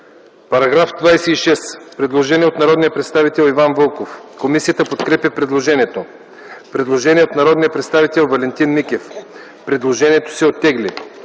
Параграф 26 – предложение от народния представител Иван Вълков. Комисията подкрепя предложението. Предложение от народния представител Валентин Микев. Предложението се оттегли.